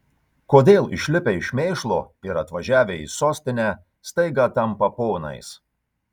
kodėl išlipę iš mėšlo ir atvažiavę į sostinę staiga tampa ponais